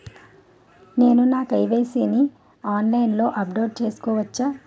నేను నా కే.వై.సీ ని ఆన్లైన్ లో అప్డేట్ చేసుకోవచ్చా?